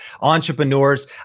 Entrepreneurs